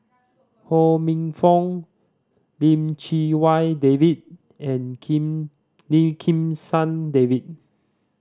Ho Minfong Lim Chee Wai David and Kim Lim Kim San David